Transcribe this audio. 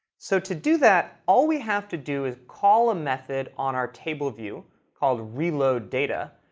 so to do that, all we have to do is call a method on our table view called reload data.